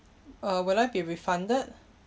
uh will I be refunded